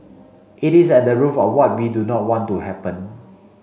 it is at the root of what we do not want to happen